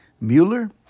Mueller